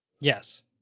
yes